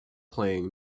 playing